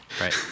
right